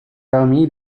parmi